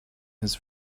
his